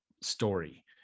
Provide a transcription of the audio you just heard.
story